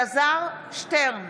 אלעזר שטרן,